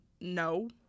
No